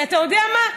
כי אתה יודע מה?